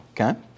Okay